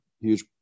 huge